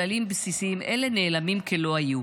כללים בסיסיים אלה נעלמים כלא היו?